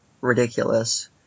ridiculous